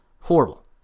Horrible